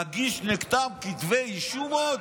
עוד להגיש נגדם כתבי אישום?